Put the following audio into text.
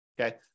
Okay